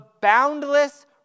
boundless